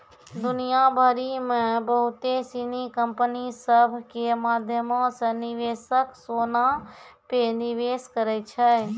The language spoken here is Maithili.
दुनिया भरि मे बहुते सिनी कंपनी सभ के माध्यमो से निवेशक सोना पे निवेश करै छै